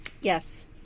yes